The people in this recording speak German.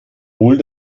hol